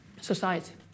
society